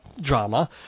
drama